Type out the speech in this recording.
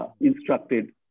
instructed